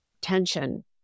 tension